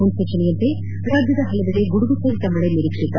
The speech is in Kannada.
ಮುನ್ಸೂಚನೆಯಂತೆ ರಾಜ್ಯದ ಹಲವೆಡೆ ಗುಡುಗು ಸಹಿತ ಮಳೆ ನಿರೀಕ್ಷಿತ